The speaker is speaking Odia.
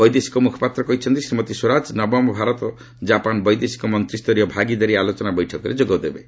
ବୈଦେଶିକ ମୁଖପାତ୍ର କହିଛନ୍ତି ଶ୍ରୀମତୀ ସ୍ୱରାଜ ନବମ ଭାରତ ଜାପାନ ବୈଦେଶିକ ମନ୍ତ୍ରିସ୍ତରୀୟ ଭାଗିଦାରୀ ଆଲୋଚନା ବୈଠକରେ ଯୋଗଦେବେ